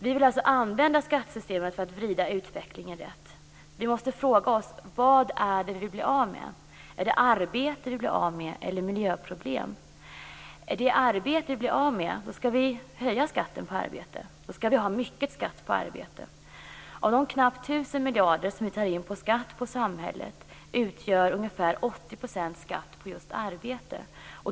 Vi vill alltså använda skattesystemet för att vrida utvecklingen rätt. Vi måste fråga oss: Vad är det vi vill bli av med? Är det arbete vi vill bli av med eller miljöproblem? Är det arbete vi vill bli av med skall vi höja skatten på arbete. Då skall vi ha mycket skatt på arbete. Av de knappt 1 000 miljarder kronor som vi tar in på skatt på samhället utgör ungefär 80 % skatt på just arbete.